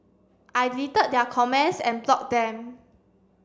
I deleted their comments and blocked them